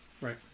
Right